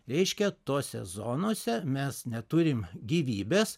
reiškia tose zonose mes neturime gyvybės